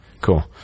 Cool